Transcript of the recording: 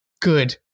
good